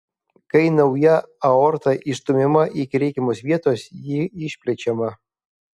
kai nauja aorta įstumiama iki reikiamos vietos ji išplečiama